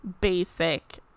basic